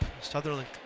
Sutherland